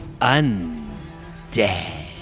undead